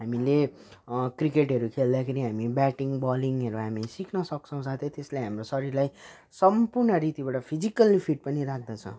हामीले क्रिकेटहरू खेल्दाखेरि हामी ब्याटिङ बलिङहरू हामी सिक्न सक्छौँ साथै त्यसले हाम्रो शरीरलाई सम्पूर्ण रीतिबाट फिजिकली फिट पनि राख्दछ